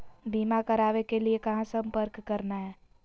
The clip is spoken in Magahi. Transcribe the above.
बीमा करावे के लिए कहा संपर्क करना है?